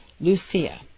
Lucia